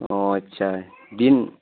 اوہ اچھا ہے دن